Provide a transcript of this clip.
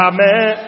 Amen